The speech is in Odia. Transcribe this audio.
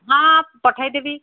ହଁ ପଠାଇଦେବି